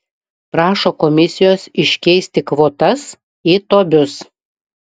prašo komisijos iškeisti kvotas į tobius